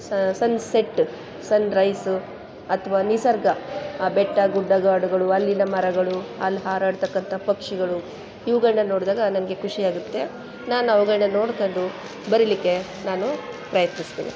ಸಹ sunset sunrise ಅಥ್ವಾ ನಿಸರ್ಗ ಆ ಬೆಟ್ಟ ಗುಡ್ಡಗಾಡುಗಳು ಅಲ್ಲಿನ ಮರಗಳು ಅಲ್ಲಿ ಹಾರಡ್ತಕ್ಕಂಥ ಪಕ್ಷಿಗಳು ಇವುಗಳನ್ನ ನೋಡಿದಾಗ ನನಗೆ ಖುಷಿಯಾಗುತ್ತೆ ನಾನು ಅವುಗಳ್ನ ನೋಡ್ಕೊಂಡು ಬರೀಲಿಕ್ಕೆ ನಾನು ಪ್ರಯತ್ನಿಸ್ತೀನಿ